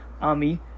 Ami